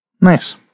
Nice